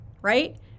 right